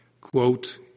Quote